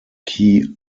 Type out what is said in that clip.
key